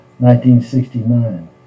1969